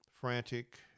frantic